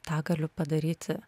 tą galiu padaryti